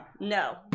No